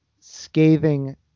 scathing